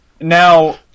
now